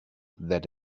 that